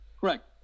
correct